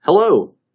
Hello